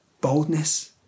boldness